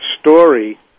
story